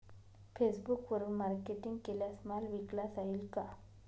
फेसबुकवरुन मार्केटिंग केल्यास माल विकला जाईल का?